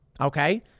okay